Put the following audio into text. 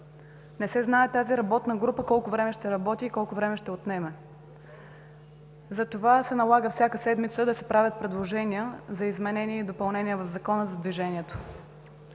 Не се знае тази работна група колко време ще работи и колко време ще отнеме. Затова се налага всяка седмица да се правят предложения за изменение и допълнение в Закона за движението.